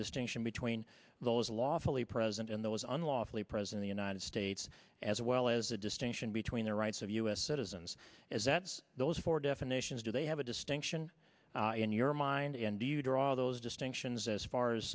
distinction between those lawfully present and those unlawfully present the united states as well as a distinction between the rights of u s citizens as that's those for definitions do they have a distinction in your mind and do you draw those distinctions as far as